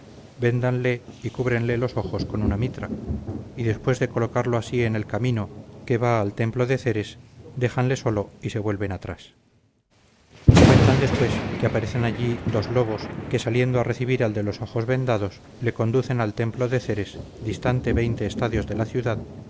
véndanle y cúbrenle los ojos con una mitra y después de colocarlo así en el camino que van al templo de céres déjanle solo y se vuelven atrás cuentan después que aparecen allí dos lobos que saliendo a recibir al de los ojos vendados le conducen al templo de céres distante estadios de la ciudad